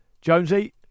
Jonesy